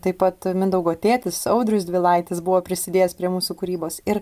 taip pat mindaugo tėtis audrius dvylaitis buvo prisidėjęs prie mūsų kūrybos ir